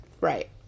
Right